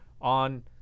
on